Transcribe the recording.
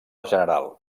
general